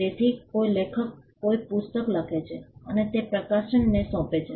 તેથી કોઈ લેખક કોઈ પુસ્તક લખે છે અને તે પ્રકાશકને સોંપે છે